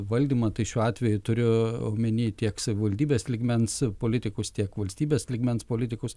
valdymą tai šiuo atveju turiu omeny tiek savivaldybės lygmens politikus tiek valstybės lygmens politikus